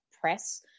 press